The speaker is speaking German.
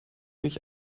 mich